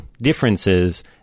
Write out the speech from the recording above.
differences